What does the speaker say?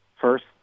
first